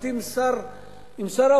ישבתי עם שר האוצר.